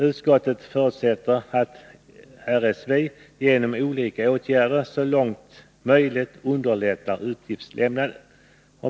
Utskottet förutsätter att RSV genom olika åtgärder så långt möjligt underlättar uppgiftslämnandet.